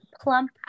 plump